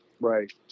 right